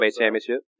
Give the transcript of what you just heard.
championship